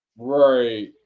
Right